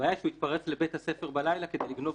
הבעיה שהוא התפרץ לבית הספר בלילה כדי לגנוב